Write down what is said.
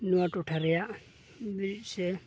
ᱱᱚᱣᱟ ᱴᱚᱴᱷᱟ ᱨᱮᱭᱟᱜ ᱵᱤᱨᱤᱫ ᱥᱮ